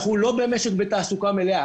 אנחנו לא במשק בתעסוקה מלאה.